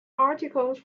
articles